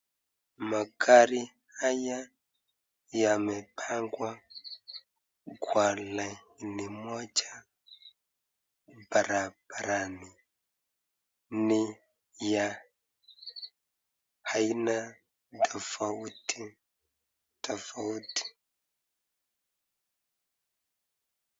Magari haya yamepangwa kwa laini moja barabarani. Ni ya aina tofauti tofauti.